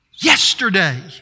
Yesterday